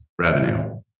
revenue